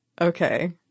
Okay